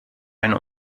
eine